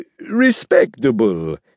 respectable